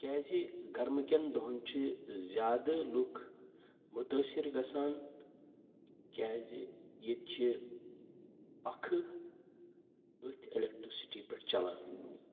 کیٛازِ گَرمٕکٮ۪ن دۄہَن چھِ زِیادٕ لُکھ مُتٲثر گَژھان کیٛازِ ییٚتہِ چھِ پَکھٕ أتھۍ اٮ۪لکٹِرٛک سِٹی پؠٹھ چَلان